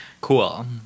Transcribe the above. Cool